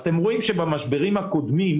אתם רואים שבמשברים הקודמים